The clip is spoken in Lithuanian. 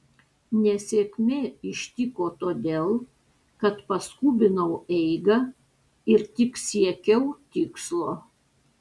nesėkmė ištiko todėl kad paskubinau eigą ir tik siekiau tikslo